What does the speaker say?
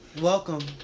Welcome